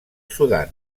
sudan